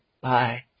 Bye